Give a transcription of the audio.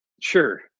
sure